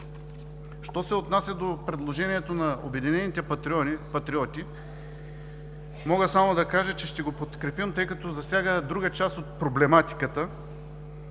Що се отнася до предложението на „Обединените патриоти“ мога само да кажа, че ще го подкрепим, тъй като засяга друга част от проблематиката